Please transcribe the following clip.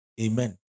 amen